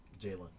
Jalen